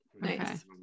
Nice